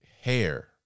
hair